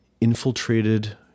infiltrated